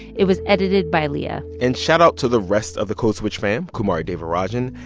it was edited by leah and shoutout to the rest of the code switch fam kumari devarajan,